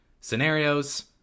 scenarios